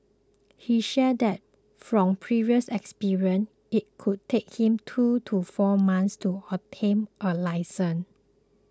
he shared that from previous experience it could take him two to four months to obtain a licence